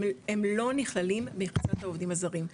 הם לא נכללים במכסת העובדים הזרים,